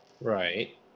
Right